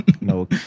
No